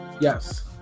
yes